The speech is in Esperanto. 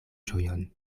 ĝojon